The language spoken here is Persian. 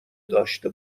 داشته